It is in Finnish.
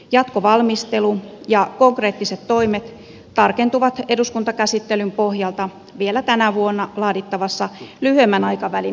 jatkovalmistelu ja konkreettiset toimet tarkentuvat eduskuntakäsittelyn pohjalta vielä tänä vuonna laadittavassa lyhyemmän aikavälin metsästrategiassa